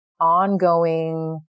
ongoing